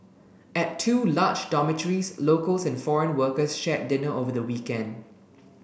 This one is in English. at two large dormitories locals and foreign workers shared dinner over the weekend